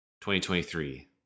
2023